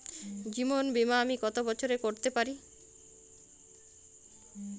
জীবন বীমা আমি কতো বছরের করতে পারি?